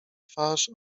twarz